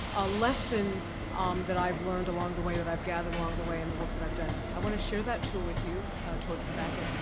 a lesson um that i've learned along the way, that i've gathered along the way in the work that i've done. i wanna share that tool with you towards the back end,